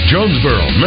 Jonesboro